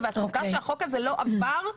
והסיבה שהחוק הזה לא עבר,